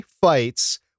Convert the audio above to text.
fights